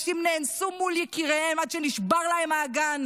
נשים נאנסו מול יקיריהן עד שנשבר להן האגן,